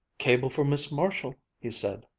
cable for miss marshall, he said,